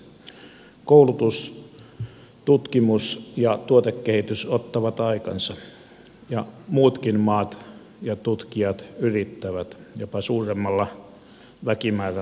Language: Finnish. koulutus tutkimus ja tuotekehitys ottavat aikansa ja muutkin maat ja tutkijat yrittävät jopa suuremmalla väkimäärällä ja voimalla